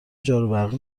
جاروبرقی